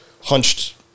hunched